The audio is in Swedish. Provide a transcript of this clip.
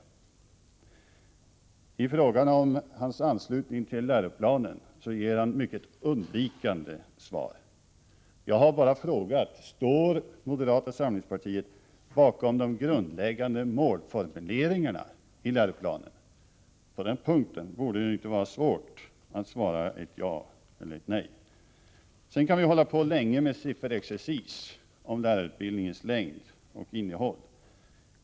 När det gäller frågan om hans anslutning till läroplanen ger han mycket undvikande svar. Jag har bara frågat: Står moderata samlingspartiet bakom de grundläggande målformuleringarna i läroplanen? På den punkten borde det inte vara svårt att svara ja eller nej. Vi kan hålla på länge med sifferexercis om lärarutbildningens längd och innehåll.